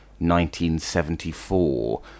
1974